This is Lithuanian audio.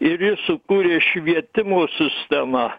ir jis sukūrė švietimo sistemą